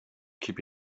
keep